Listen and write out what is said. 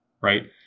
Right